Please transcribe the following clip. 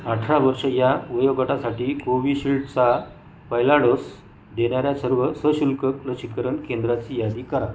अठरा वर्ष या वयोगटासाठी कोविशिल्डचा पहिला डोस देणाऱ्या सर्व सशुल्क लसीकरण केंद्राची यादी करा